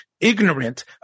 ignorant